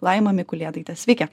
laima mikulėtaitė sveiki